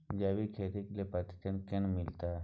जैविक खेती के लेल प्रशिक्षण केना मिलत?